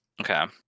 Okay